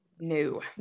new